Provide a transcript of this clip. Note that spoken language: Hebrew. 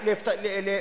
היום.